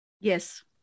Yes